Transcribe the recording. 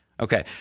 Okay